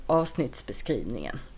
avsnittsbeskrivningen